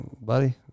Buddy